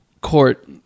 court